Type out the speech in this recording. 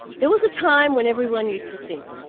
there was a time when everyone used to sing.